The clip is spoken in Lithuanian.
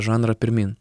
žanrą pirmyn